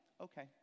Okay